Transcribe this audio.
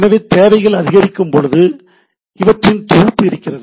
எனவே தேவைகள் அதிகரிக்கும் போது இவற்றின் தொகுப்பு இருக்கிறது